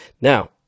Now